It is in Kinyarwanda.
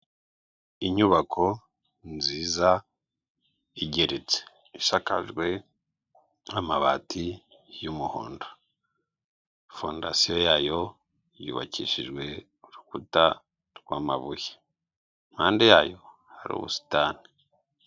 Inyubako nziza igeretse, isakajwe amabati y'umuhondo, fondasiyo yayo yubakishijwe urukuta rw'amabuye impande yayo hari ubusitani.